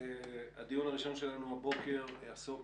הדיון הראשון שלנו הבוקר יעסוק